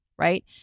right